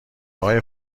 های